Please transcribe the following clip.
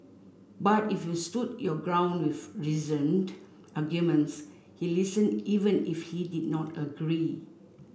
but if you stood your ground with reasoned arguments he listen even if he did not agree